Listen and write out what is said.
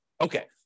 Okay